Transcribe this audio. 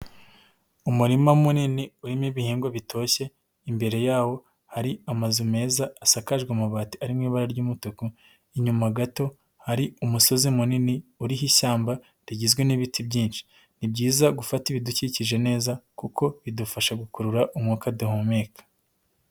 Umurima munini urimo ibihingwa bitoshye, imbere yawo hari amazu meza asakajwe amabati ari mu ibara ry'umutuku, inyuma gato hari umusozi munini uriho ishyamba rigizwe n'ibiti byinshi, ni byiza gufata ibidukikije neza kuko bidufasha gukurura umwuka duhumeka.